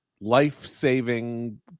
life-saving